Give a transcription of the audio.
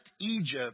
Egypt